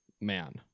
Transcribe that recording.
man